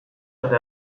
eta